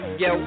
yo